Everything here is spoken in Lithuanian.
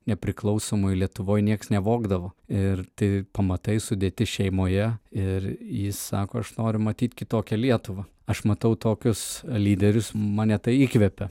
nepriklausomoj lietuvoj nieks nevogdavo ir ti pamatai sudėti šeimoje ir jis sako aš noriu matyt kitokią lietuvą aš matau tokius lyderius mane tai įkvepia